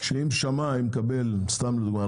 שאם שמאי מקבל סכום מסוים,